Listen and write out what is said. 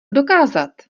dokázat